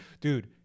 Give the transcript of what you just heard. dude